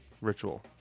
ritual